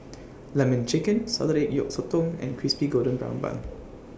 Lemon Chicken Salted Egg Yolk Sotong and Crispy Golden Brown Bun